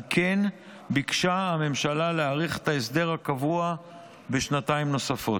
על כן ביקשה הממשלה להאריך את ההסדר הקבוע בשנתיים נוספות.